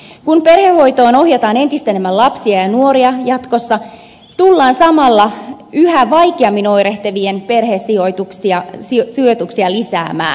kun perhehoitoon ohjataan entistä enemmän lapsia ja nuoria jatkossa tullaan samalla yhä vaikeammin oirehtivien perhesijoituksia lisäämään